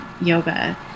yoga